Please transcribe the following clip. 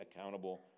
accountable